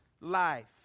life